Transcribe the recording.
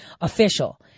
official